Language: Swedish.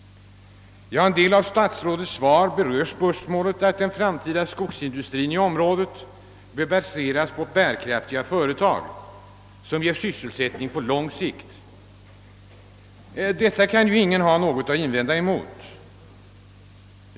Ja, en del av statsrådets svar berör spörsmålet att den framtida skogsindustrien i området bör baseras på bärkraftiga företag, som ger sysselsättning på lång sikt. Detta kan ingen ha något att invända emot.